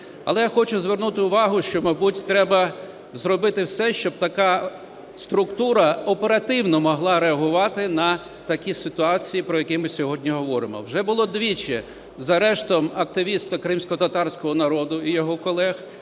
Але я хочу звернути увагу, що мабуть треба зробити все, щоб така структура оперативно могла реагувати на такі ситуації, про які ми сьогодні говоримо. Вже було двічі – арешт активіста кримськотатарського народу і його колег,